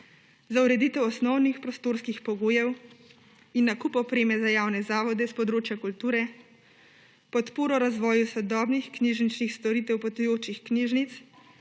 za ureditev osnovnih prostorskih pogojev in nakup opreme za javne zavode s področja kulture, podporo razvoju sodobnih knjižničnih storitev potujočih knjižnic,